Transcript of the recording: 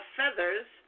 feathers